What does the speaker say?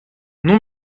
non